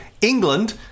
England